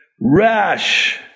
rash